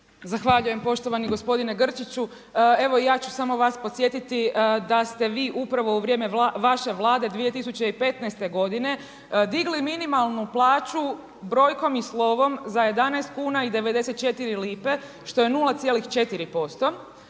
Zahvaljujem poštovani gospodine Grčiću, evo ja ću samo vas podsjetiti da ste vi upravo u vrijeme vaše vlade 2015. godine digli minimalnu plaću brojkom i slovom za 11,94 kuna što je 0,4%,